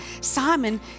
Simon